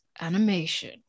animation